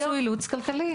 האילוץ הוא אילוץ כלכלי.